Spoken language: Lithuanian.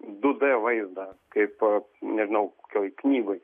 du d vaizdą kaip nežinau kokioj knygoj